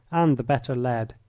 and the better led.